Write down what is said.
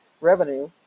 Revenue